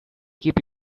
keep